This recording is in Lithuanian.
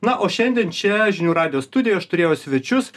na o šiandien čia žinių radijo studijoj aš turėjau svečius